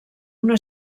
una